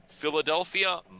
Philadelphia